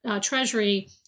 Treasury